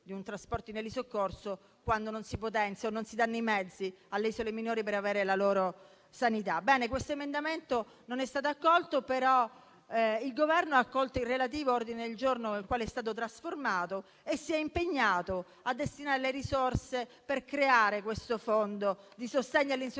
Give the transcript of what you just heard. di un trasporto in elisoccorso, quando non si potenzia o non si danno i mezzi alle isole minori per avere la loro sanità. Questo emendamento non è stato accolto, però il Governo ha accolto l'ordine del giorno nel quale è stato trasformato e si è impegnato a destinare le risorse per creare questo fondo di sostegno all'insularità.